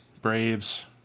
Braves